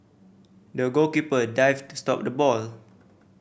the goalkeeper dived to stop the ball